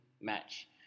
match